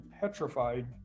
petrified